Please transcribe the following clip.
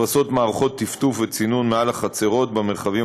נפרסות מערכות טפטוף וצינון מעל לחצרות במרחבים